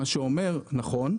נכון,